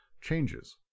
changes